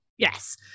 Yes